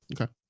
Okay